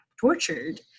tortured